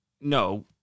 No